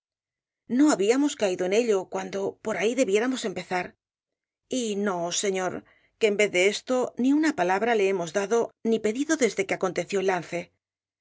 no habíamos caído en ello cuando por ahí debiéramos empezar y no señor que en vez de esto ni una palabra le hemos dado ni pedido desde que aconteció el